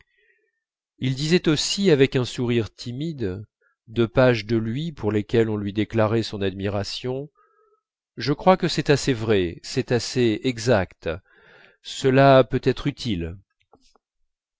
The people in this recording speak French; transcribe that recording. il disait aussi avec un sourire timide des pages de lui pour lesquelles on lui déclarait son admiration je crois que c'est assez vrai c'est assez exact cela peut être utile